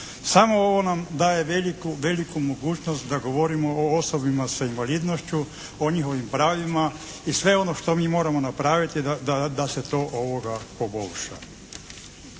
Samo ovo nam daje veliku mogućnost da govorimo o osobama sa invalidnošću, o njihovim pravima i sve ono što mi moramo napraviti da se to poboljša.